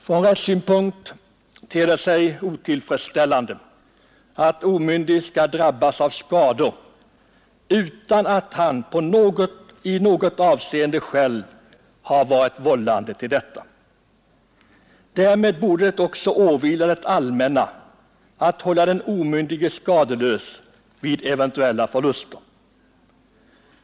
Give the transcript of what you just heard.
Från rättssynpunkt ter det sig otillfredsställande att omyndig skall drabbas av skador utan att i något avseende själv ha varit vållande till dessa. Därmed borde det också åvila det allmänna att hålla den omyndige skadeslös vid eventuella förluster.